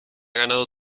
ganado